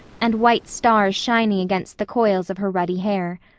and white stars shining against the coils of her ruddy hair.